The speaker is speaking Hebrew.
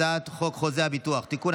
הצעת חוק חוזה הביטוח (תיקון,